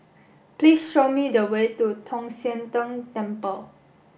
please show me the way to Tong Sian Tng Temple